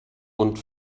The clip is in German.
und